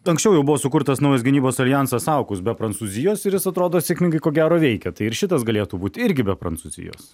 anksčiau jau buvo sukurtas naujas gynybos aljansas aukus be prancūzijos ir jis atrodo sėkmingai ko gero veikia tai ir šitas galėtų būt irgi be prancūzijos